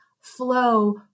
flow